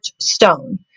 stone